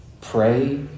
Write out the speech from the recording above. Pray